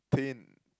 pain